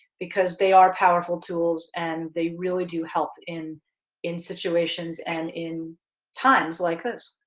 because they are powerful tools and they really do help in in situations and in times like this.